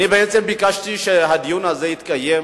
בעצם ביקשתי שהדיון הזה יתקיים